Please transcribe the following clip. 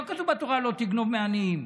לא כתוב בתורה: לא תגנוב מעניים,